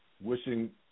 wishing